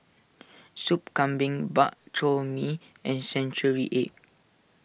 Soup Kambing Bak Chor Mee and Century Egg